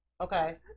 Okay